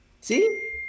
See